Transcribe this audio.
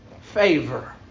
favor